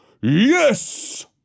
Yes